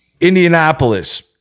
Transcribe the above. indianapolis